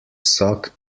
suck